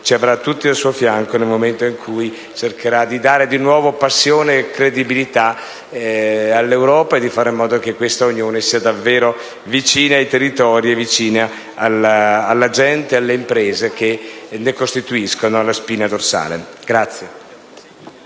ci avrà tutti al suo fianco nel momento in cui cercherà di restituire passione e credibilità all'Europa e di fare in modo che questa Unione sia davvero vicina ai territori, alla gente e alle imprese, che ne costituiscono la spina dorsale.